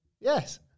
yes